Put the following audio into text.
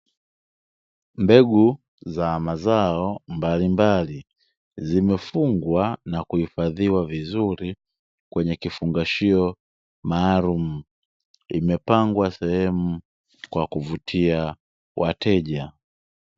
Mbegu za mazao mbalimbali zimefungwa na kuhifadhiwa vizuri kwenye kifungashio maalumu, imepangwa sehemu kwa kuvutia wateja.